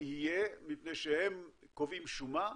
יהיה מפני שהם קובעים שומה,